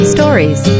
Stories